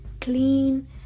clean